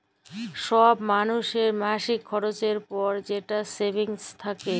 ছব মালুসের মাসিক খরচের পর যে সেভিংস থ্যাকে